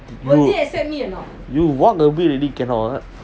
you you walk a bit already cannot [what]